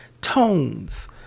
tones